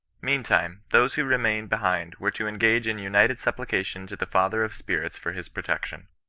mean time those who remained behind were to engage in united supplication to the father of spirits for his protection.